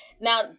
Now